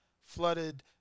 flooded